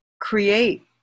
create